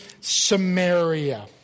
Samaria